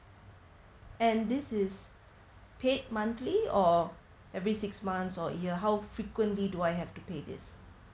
and this is paid monthly or every six months or year how frequently do I have to pay this